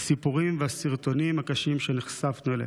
הסיפורים והסרטונים הקשים שנחשפנו אליהם.